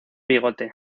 bigote